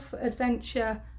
Adventure